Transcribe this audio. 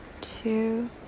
two